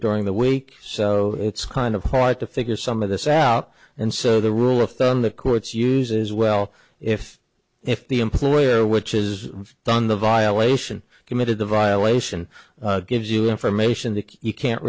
during the week so it's kind of hard to figure some of this out and so the rule of thumb the courts uses well if if the employer which is done the violation committed the violation gives you information that you can't